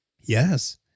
Yes